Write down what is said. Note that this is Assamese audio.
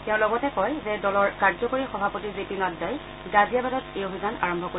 তেওঁ লগতে কয় যে দলৰ কাৰ্যকৰী সভাপতি জেপি নাড্ডাই গাজিয়াবাদত এই অভিযান আৰম্ভ কৰিব